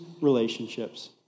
relationships